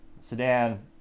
sedan